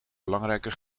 belangrijke